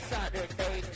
Saturday